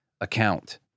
account